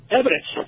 evidence